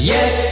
Yes